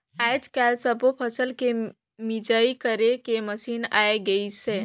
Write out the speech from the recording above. आयज कायल सब्बो फसल के मिंजई करे के मसीन आये गइसे